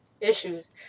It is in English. issues